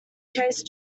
chase